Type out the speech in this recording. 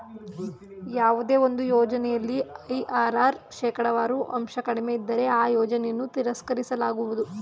ಯಾವುದೇ ಒಂದು ಯೋಜನೆಯಲ್ಲಿ ಐ.ಆರ್.ಆರ್ ಶೇಕಡವಾರು ಅಂಶ ಕಡಿಮೆ ಇದ್ದಲ್ಲಿ ಆ ಯೋಜನೆಯನ್ನು ತಿರಸ್ಕರಿಸಲಾಗುವುದು